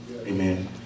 Amen